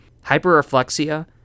Hyperreflexia